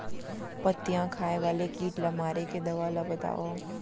पत्तियां खाए वाले किट ला मारे के दवा ला बतावव?